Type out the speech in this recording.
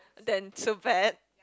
then so bad